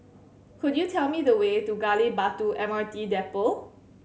could you tell me the way to Gali Batu M R T Depot